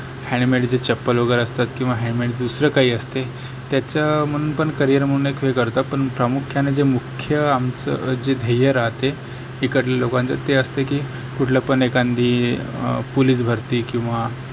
हॅण्डमेडचे चप्पल वगैरे असतात हॅण्डमेड दुसरं काही असते त्याच्या म्हणून पण करिअर म्हणून एक करतं पण प्रामुख्यानं जे मुख्य आमचे जे ध्येय राहते इकडल्या लोकांचं ते असतं की कुठल्या पण एखादी पोलीस भरती किंवा